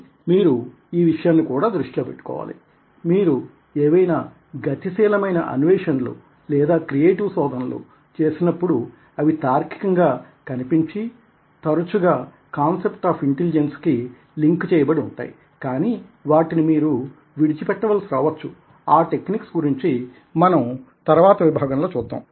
కాబట్టి మీరు ఈ విషయాన్ని కూడా దృష్టిలో పెట్టుకోవాలి మీరు ఏవైనా గతిశీలమైన అన్వేషణలు లేదా క్రియేటివ్ శోధనలు చేసినప్పుడు అవి తార్కికంగా కనిపించి తరచుగా కాన్సెప్ట్ ఆఫ్ ఇంటెలిజెన్స్ కి లింక్ చేయబడి ఉంటాయి కానీ వాటిని మీరు మీరు విడిచి పెట్టవలసి రావచ్చు ఆ టెక్నిక్స్ గురించి మనం తర్వాత విభాగంలో చూద్దాం